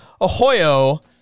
Ahoyo